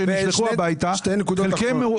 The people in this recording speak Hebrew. קודם כול,